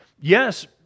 Yes